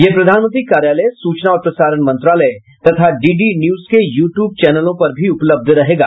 यह प्रधानमंत्री कार्यालय सूचना और प्रसारण मंत्रालय तथा डीडी न्यूज के यू ट्यूब चैनलों पर भी उपलब्ध रहेगा